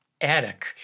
attic